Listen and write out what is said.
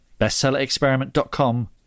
Bestsellerexperiment.com